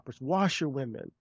washerwomen